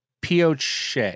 Pioche